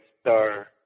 Star